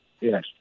yes